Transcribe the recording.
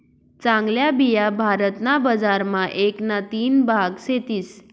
चांगल्या बिया भारत ना बजार मा एक ना तीन भाग सेतीस